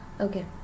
okay